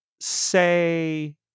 say